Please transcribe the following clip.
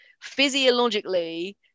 physiologically